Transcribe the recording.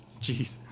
Jeez